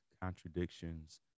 contradictions